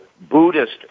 Buddhist